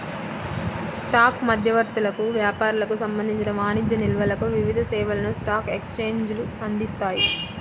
stock మధ్యవర్తులకు, వ్యాపారులకు సంబంధించిన వాణిజ్య నిల్వలకు వివిధ సేవలను స్టాక్ ఎక్స్చేంజ్లు అందిస్తాయి